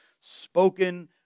spoken